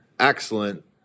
excellent